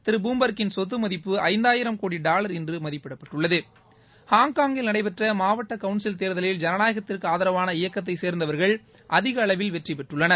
திரு பூம்பர் சொத்து மதிப்பு ஐந்தாயிரம் கோடி டாலர் என்று மதிப்பிடப் பட்டுள்ளது ஹாங்காங்கில் நடைபெற்ற மாவட்ட கவுன்சில் தேர்தலில் ஜனநாயகத்திற்கு ஆதரவான இயக்கத்தைச் சேர்ந்தவர்கள் அதிக அளவில் வெற்றிபெற்றுள்ளனர்